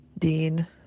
dean